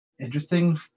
interesting